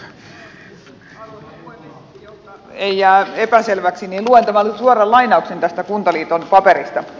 jotta ei jää epäselväksi niin luen nyt suoran lainauksen tästä kuntaliiton paperista